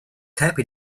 happy